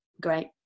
great